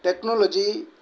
technology